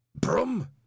Broom